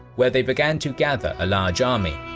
where they began to gather a large army.